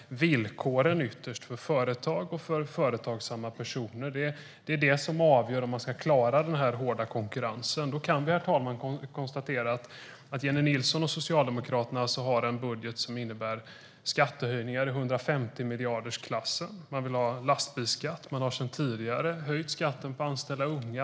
Villkoren för företag och företagsamma personer är det som avgör om vi ska klara denna hårda konkurrens. Då kan vi, herr talman, konstatera att Jennie Nilsson och Socialdemokraterna har en budget som innebär skattehöjningar i 150-miljardersklassen. Man vill ha lastbilsskatt. Man har sedan tidigare höjt skatten på att anställa unga.